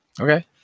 Okay